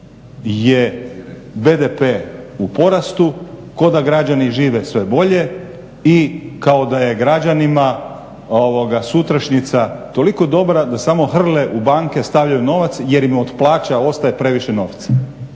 je BDP u porastu, kao da građani žive sve bolje i kao da je građanima sutrašnjica toliko dobra da samo hrle u banke, stavljaju novac jer im od plaća ostaje previše novca.